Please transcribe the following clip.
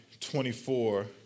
24